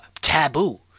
Taboo